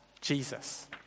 Jesus